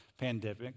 pandemic